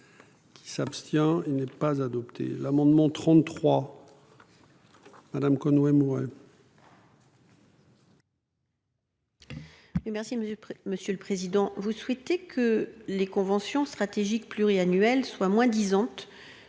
Il s'abstient. Il n'est pas adopté l'amendement 33. Madame Conway Mouret. Merci Monsieur, Monsieur le Président, vous souhaitez que les conventions stratégique pluriannuel soit moins disante.